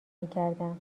میکردم